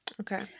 Okay